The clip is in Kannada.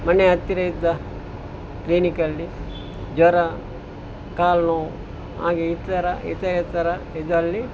ಮನೆ ಹತ್ತಿರ ಇದ್ದ ಕ್ಲಿನಿಕಲ್ಲಿ ಜ್ವರ ಕಾಲು ನೋವು ಹಾಗೆ ಇತರ ಇತರೇತರ ಇದ್ರಲ್ಲಿ